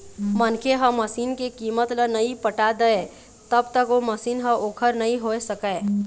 मनखे ह मसीन के कीमत ल नइ पटा दय तब तक ओ मशीन ह ओखर नइ होय सकय